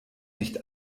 nicht